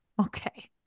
Okay